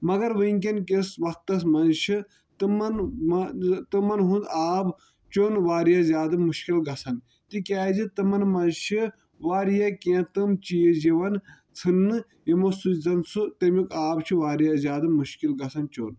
مَگر ؤنۍکیٚن کِس وقتَس منٛز چھِ تِمَن ما تِمن ہُنٛد آب چیوٚن واریاہ زیادٕ مُشکِل گژھان تِکیٚازِ تمن منٛز چھےٚ واریاہ کیٚنٛہہ تِم چیٖز یِوان ژھٕننہٕ یِمو سۭتۍ زَن سُہ تَمیُک آب چھُ واریاہ زیادٕ مُشکِل گژھان چیوٚن